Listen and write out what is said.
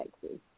Texas